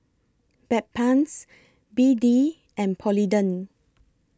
Bedpans B D and Polident